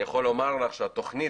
אני יכול לומר לך שהתוכנית